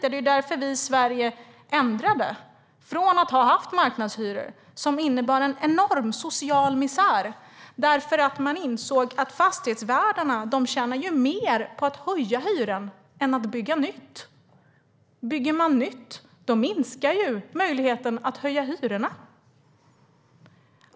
Det var därför vi i Sverige ändrade, från att ha haft marknadshyror, som innebar en enorm social misär. Fastighetsvärdarna tjänade mer på att höja hyran än på att bygga nytt. Bygger man nytt minskar ju möjligheten att höja hyrorna.